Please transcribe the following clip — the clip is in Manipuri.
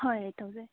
ꯍꯣꯏ ꯇꯧꯁꯦ